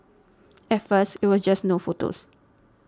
at first it was just no photos